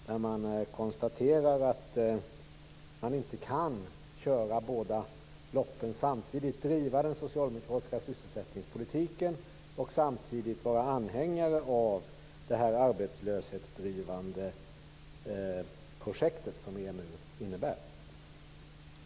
Där konstateras att det inte går att köra båda loppen samtidigt, dvs. driva den socialdemokratiska sysselsättningspolitiken och samtidigt vara anhängare av arbetslöshetsprojektet som EMU innebär.